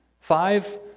Five